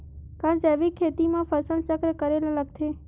का जैविक खेती म फसल चक्र करे ल लगथे?